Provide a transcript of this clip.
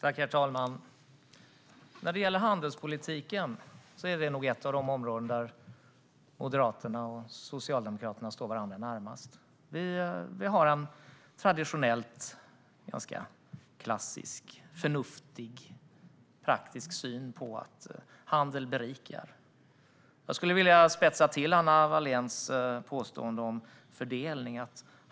Herr talman! Handelspolitik är ett av de områden där Moderaterna och Socialdemokraterna står varandra närmast. Vi har en traditionell, ganska klassisk, förnuftig och praktisk syn på handel - den berikar. Jag skulle vilja spetsa till Anna Walléns påstående om fördelning.